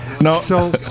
No